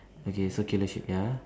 okay so killer ship ya